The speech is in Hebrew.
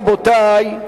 רבותי,